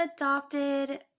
adopted